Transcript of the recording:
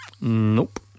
Nope